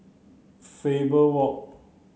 Faber Walk